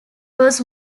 was